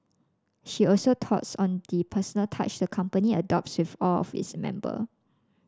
she also touts on the personal touch the company adopts with all its member